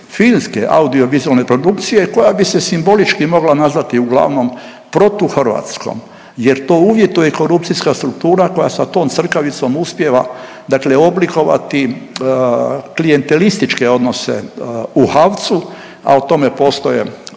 filmske audiovizualne produkcije koja bi se simbolički mogla nazvati uglavnom protuhrvatskom jer to uvjetuje korupcijska struktura koja sa tom crkavicom uspijeva dakle oblikovati klijentelističke odnose u HAVC-u, a o tome postoje obilja